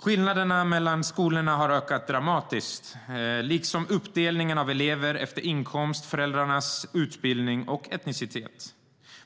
Skillnaderna mellan skolorna har ökat dramatiskt, liksom uppdelningen av elever efter inkomst och föräldrarnas utbildning och etnicitet.